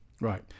right